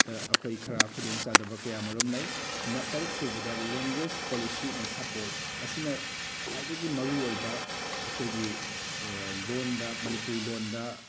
ꯇ ꯑꯩꯈꯣꯏ ꯈꯔ ꯈꯨꯗꯣꯡꯆꯥꯗꯕ ꯀꯌꯥꯃꯔꯨꯝ ꯂꯩ ꯇꯔꯨꯛ ꯁꯨꯕꯗ ꯂꯦꯡꯒꯣꯏꯁ ꯄꯣꯂꯤꯁꯤ ꯑꯦꯟ ꯁꯞꯄꯣꯔꯠ ꯃꯁꯤꯅ ꯈ꯭ꯋꯥꯏꯗꯒꯤ ꯃꯔꯨ ꯑꯣꯏꯕ ꯑꯩꯈꯣꯏꯒꯤ ꯂꯣꯟꯗ ꯃꯅꯤꯄꯨꯔꯤ ꯂꯣꯟꯗ